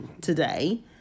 today